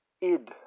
Id